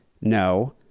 no